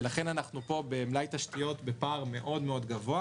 ולכן אנחנו בפער מאוד גבוה במלאי תשתיות.